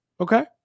okay